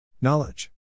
Knowledge